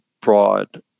broad